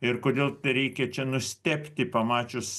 ir kodėl reikia čia nustebti pamačius